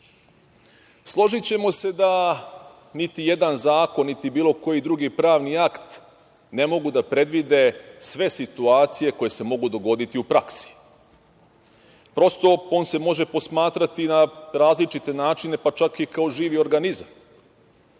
itd. Složićemo se da niti jedan zakon, niti bilo koji drugi pravni akt ne mogu da predvide sve situacije koje se mogu dogoditi u praksi. Prosto, on se može posmatrati na različite načine, pa čak i kao živi organizam. Potrebe